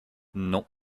non